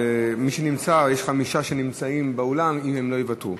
יש חמישה שנמצאים באולם, אם הם לא יוותרו.